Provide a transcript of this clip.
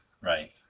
Right